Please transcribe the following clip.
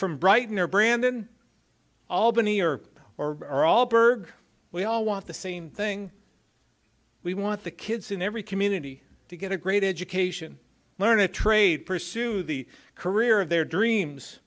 from brighton or brandon albany or or are all berg we all want the same thing we want the kids in every community to get a great education learn a trade pursue the career of their dreams